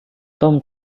tom